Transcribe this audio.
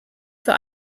für